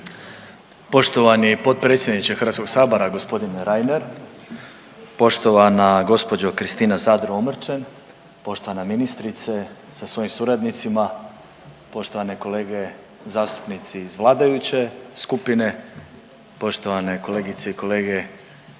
Poštovani potpredsjedniče Hrvatskog sabora gospodine Reiner, poštovana gospođo Kristina Zadro Omrčen, poštovana ministrice sa svojim suradnicima, poštovane kolege zastupnici iz vladajuće skupine, poštovane kolegice i kolege